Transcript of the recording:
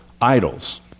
idols